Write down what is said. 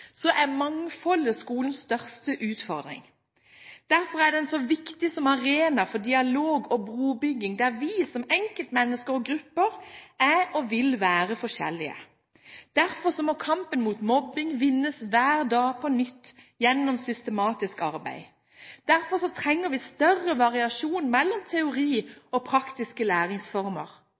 så viktig som arena for dialog og brobygging, der vi som enkeltmennesker og grupper er, og vil være, forskjellige. Derfor må kampen mot mobbing hver dag vinnes på nytt, gjennom systematisk arbeid. Derfor trenger vi større variasjon mellom teori og praktiske læringsformer.